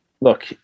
Look